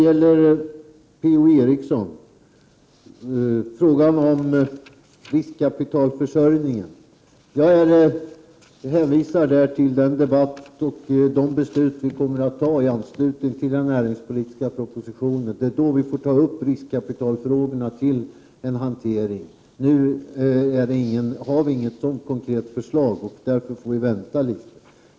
I fråga om riskkapitalförsörjningen hänvisar jag P-O Eriksson till den debatt och det beslut vi kommer att ta i anslutning till den näringspolitiska propositionen. Det är då vi får ta upp riskkapitalfrågorna till hantering. Nu har vi inget sådant konkret förslag, och därför får vi vänta litet.